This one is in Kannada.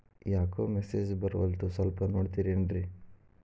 ಯಾಕೊ ಮೆಸೇಜ್ ಬರ್ವಲ್ತು ಸ್ವಲ್ಪ ನೋಡ್ತಿರೇನ್ರಿ?